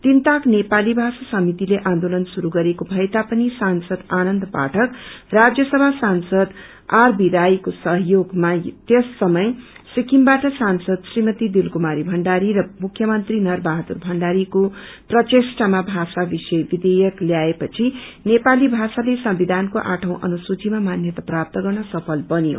तीन ताक नेपाली भाषा समितिले आन्दोलन शुरू गरेको भएता पनि सांसद आनन्द पाठक राज्य सभा सांसद आरबी राईको सहयोगमा त्यस समय सिकिमबाट सांसद श्रीमती दिल कुमारी भण्डारी र मुख्यमंत्री नर बहादुर भण्डारीको प्रचेष्टमा भाषा विषय विधेयक त्याए पछि नेपाली भाषाले संविधानको आठौं अनुससूचीमा मान्यता प्राप्त गर्नसफल बन्यो